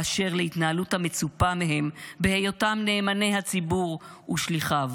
באשר להתנהלות המצופה מהם בהיותם נאמני הציבור ושליחיו".